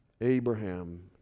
Abraham